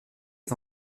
est